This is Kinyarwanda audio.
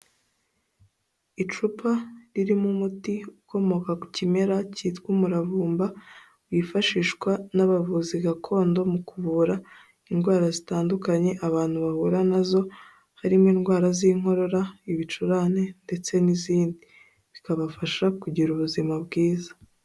Icupa ririmo umuti ukomoka ku kimera cyitwa umuravumba wifashishwa n'abavuzi gakondo mu kuvura indwara zitandukanye abantu bahura nazo, harimo indwara z'inkorora, ibicurane ndetse n'izindi bikabafasha kugira ubuzima bwiza.